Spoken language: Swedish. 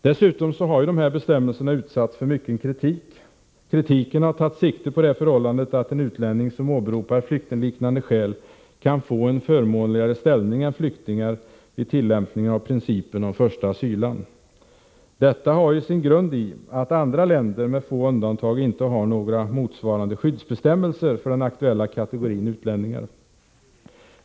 Dessutom har dessa bestämmelser utsatts för mycken kritik, som har tagit sikte på det förhållandet att en utlänning som åberopar flyktingliknande skäl kan få en förmånligare ställning än flyktingar vid tillämpning av principen om första asylland. Detta har sin grund i att andra länder, med få undantag, inte har några motsvarande skyddsbestämmelser för den aktuella kategorin utlänningar.